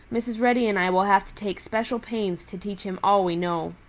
mrs. reddy and i will have to take special pains to teach him all we know.